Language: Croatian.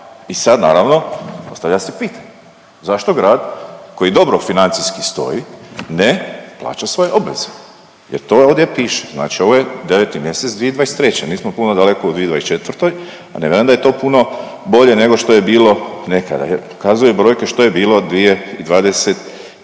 I sad naravno postavlja se pitanje, zašto grad koji dobro financijski stoji ne plaća svoje obveze jer to ovdje piše. Znači ovo je 9. mjesec 2023. Nismo puno daleko u 2024. pa ne vjerujem da je to puno bolje nego što je bilo nekada jer pokazuju brojke što je bilo 2021.